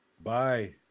Bye